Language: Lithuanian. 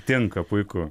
tinka puiku